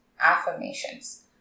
affirmations